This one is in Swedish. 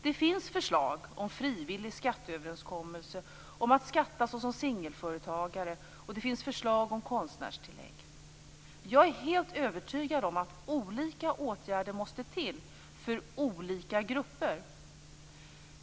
Det finns förslag om frivillig skatteöverenskommelse, om att skatta såsom singelföretagare, och det finns förslag om konstnärstillägg. Jag är helt övertygad om att olika åtgärder måste till för olika grupper.